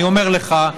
אני אומר לך,